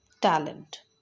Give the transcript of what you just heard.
talent